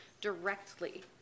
directly